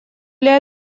для